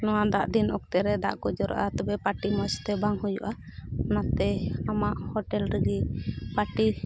ᱱᱚᱣᱟ ᱫᱟᱜ ᱫᱤᱱ ᱚᱠᱛᱮᱨᱮ ᱫᱟᱜ ᱠᱚ ᱡᱚᱨᱚᱜᱼᱟ ᱛᱚᱵᱮ ᱯᱟᱨᱴᱤ ᱢᱚᱡᱽ ᱛᱮ ᱵᱟᱝ ᱦᱩᱭᱩᱜᱼᱟ ᱚᱱᱟᱛᱮ ᱟᱢᱟᱜ ᱦᱳᱴᱮᱞ ᱞᱟᱹᱜᱤᱫ ᱯᱟᱨᱴᱤ